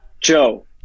Joe